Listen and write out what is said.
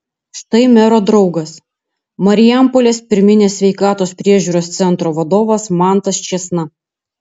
štai mero draugas marijampolės pirminės sveikatos priežiūros centro vadovas mantas čėsna